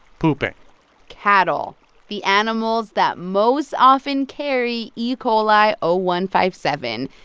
pooping cattle the animals that most often carry e. coli o one five seven.